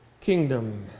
kingdom